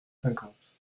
cinquante